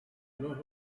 los